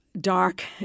dark